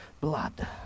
blood